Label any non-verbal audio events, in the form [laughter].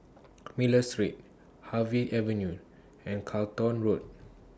[noise] Miller Street Harvey Avenue and Charlton Road